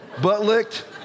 Butt-licked